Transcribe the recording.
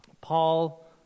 Paul